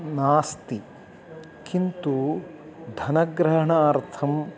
नास्ति किन्तु धनग्रहणार्थं